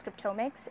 transcriptomics